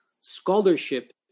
scholarship